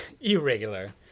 irregular